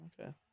Okay